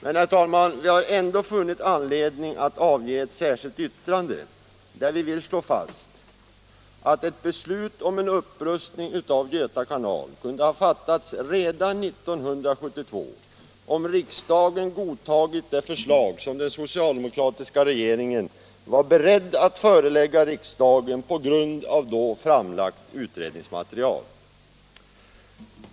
Vi har ändå, herr talman, funnit anledning att avge ett särskilt yttrande, där vi vill slå fast att ett beslut om en upprustning av Göta kanal kunde ha fattats redan 1972, om riksdagen godtagit det förslag som den socialdemokratiska regeringen var beredd att förelägga riksdagen på grundval av då framlagt utredningsmaterial.